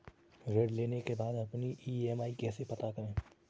ऋण लेने के बाद अपनी ई.एम.आई कैसे पता करें?